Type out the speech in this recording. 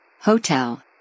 Hotel